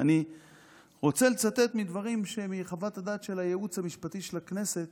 ואני רוצה לצטט דברים מחוות הדעת של הייעוץ המשפטי של הכנסת